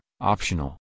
optional